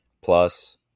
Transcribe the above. Plus